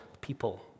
people